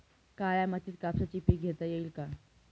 काळ्या मातीत कापसाचे पीक घेता येईल का?